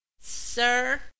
Sir